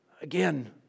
Again